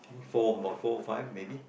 four about four five maybe